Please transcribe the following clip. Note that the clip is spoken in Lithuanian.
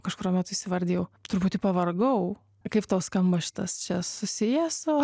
kažkuriuo metu įsivardijau truputį pavargau kaip tau skamba šitas čia susiję su